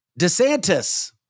DeSantis